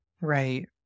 Right